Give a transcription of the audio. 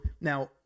now